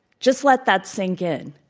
just let that sink in.